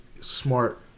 Smart